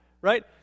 right